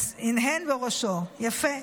הנהן בראשו, יפה.